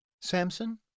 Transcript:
Samson